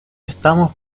estamos